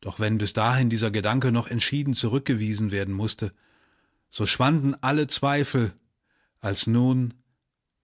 doch wenn bis dahin dieser gedanke noch entschieden zurückgewiesen werden mußte so schwanden alle zweifel als nun